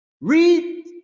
Read